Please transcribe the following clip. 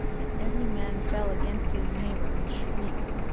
and every man fell against his neighbour and shrieked.